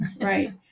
Right